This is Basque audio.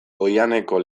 oihaneko